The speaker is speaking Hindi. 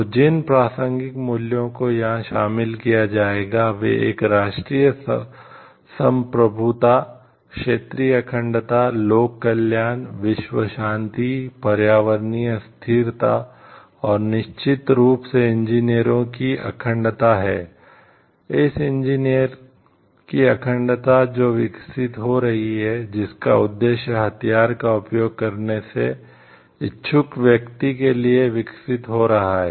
तो जिन प्रासंगिक मूल्यों को यहां शामिल किया जाएगा वे एक राष्ट्रीय संप्रभुता क्षेत्रीय अखंडता लोक कल्याण विश्व शांति पर्यावरणीय स्थिरता और निश्चित रूप से इंजीनियर की अखंडता जो विकसित हो रही है जिसका उद्देश्य हथियार का उपयोग करने के इच्छुक व्यक्ति के लिए विकसित हो रहा है